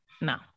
No